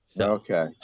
Okay